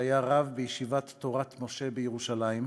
שהיה רב בישיבת "תורת משה" בירושלים,